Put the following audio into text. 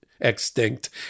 extinct